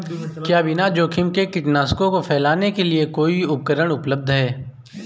क्या बिना जोखिम के कीटनाशकों को फैलाने के लिए कोई उपकरण उपलब्ध है?